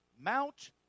Mount